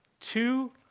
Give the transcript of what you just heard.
two